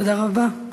תודה רבה.